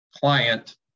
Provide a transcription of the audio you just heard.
client